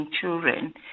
children